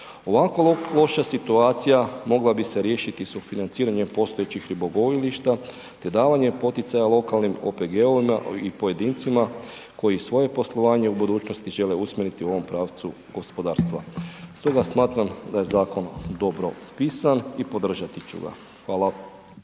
Ovako loša situacija mogla bi se riješiti sufinanciranjem postojećih ribogojilišta te davanje poticaja lokalnim OPG-ovima i pojedincima koji svoje poslovanje u budućnosti žele usmjeriti u ovom pravcu gospodarstva. Stoga smatram da je zakon dobro pisan i podržati ću ga.